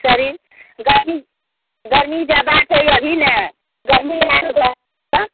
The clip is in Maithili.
शरीर गाड़ी गर्मी जादा छै अभी ने गर्मी हएब घर तऽ